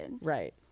Right